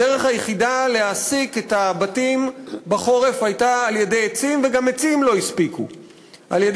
הדרך היחידה להסיק את הבתים בחורף הייתה על-ידי עצים שנכרתו,